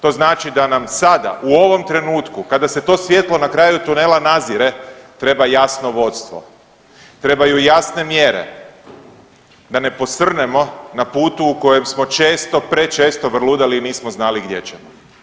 To znači da nam sada u ovom trenutku kada se to svjetlo na kraju tunela nazire treba jasno vodstvo, trebaju jasne mjere da ne posrnemo na putu u kojem smo često i prečesto vrludali i nismo znali gdje ćemo.